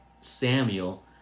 Samuel